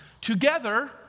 Together